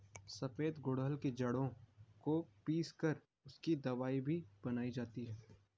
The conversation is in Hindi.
सफेद गुड़हल की जड़ों को पीस कर उसकी दवाई भी बनाई जाती है